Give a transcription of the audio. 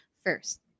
first